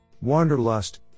Wanderlust